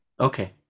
Okay